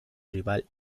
rival